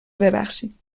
ببخشیم